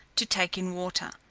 to take in water.